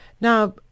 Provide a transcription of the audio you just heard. Now